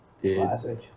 Classic